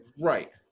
Right